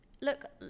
look